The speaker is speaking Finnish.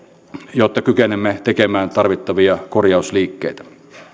jotta kykenemme tekemään tarvittavia korjausliikkeitä